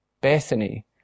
Bethany